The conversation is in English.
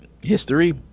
history